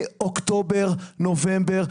מאוקטובר ונובמבר,